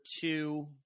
two